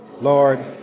Lord